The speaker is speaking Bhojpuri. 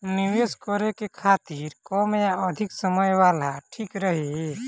निवेश करें के खातिर कम या अधिक समय वाला ठीक रही?